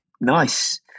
Nice